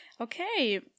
Okay